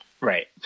right